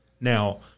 Now